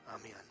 Amen